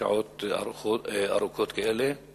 השר הואיל בטובו להודיע מראש שהוא